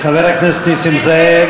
חבר הכנסת נסים זאב.